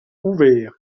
ouvert